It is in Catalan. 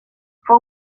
fou